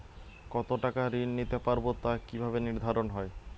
কতো টাকা ঋণ নিতে পারবো তা কি ভাবে নির্ধারণ হয়?